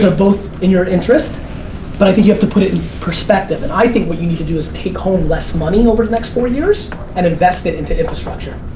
both in your interest but i think you have to put it in perspective. and i think what you need to do is take home less money over the next four years and invest it into infrastructure.